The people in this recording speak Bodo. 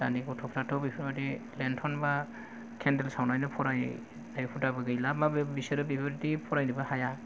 दानि गथ'फ्राथ' बेफोरबादि लेन्थ'न बा केन्देल सावनानै फरायनाय हुदाबो गैला बा बे बिसोर बेबादि फरायनोबो हाया